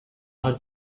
are